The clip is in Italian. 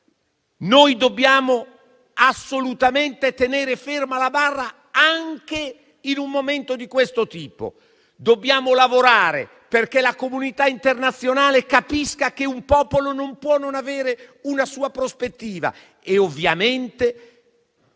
Noi dobbiamo assolutamente tenere ferma la barra anche in un momento di questo tipo. Dobbiamo lavorare perché la comunità internazionale capisca che un popolo non può non avere una sua prospettiva e ovviamente